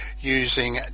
using